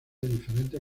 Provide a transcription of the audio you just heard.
diferentes